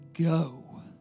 go